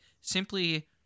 simply